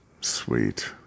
Sweet